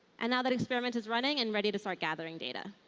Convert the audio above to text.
and now that experiment is running and ready to start gathering data.